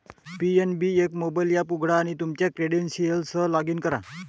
PNB एक mobile app उघडा आणि तुमच्या क्रेडेन्शियल्ससह लॉग इन करा